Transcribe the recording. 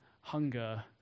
hunger